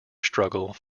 struggle